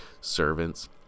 servants